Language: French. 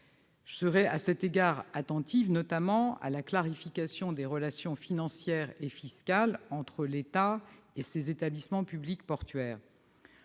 je serai notamment attentive à la clarification des relations financières et fiscales entre l'État et ses établissements publics portuaires.